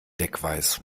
deckweiß